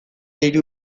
hiru